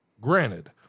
Granted